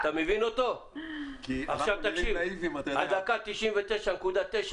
תקשיב, הדקה ה-99.99,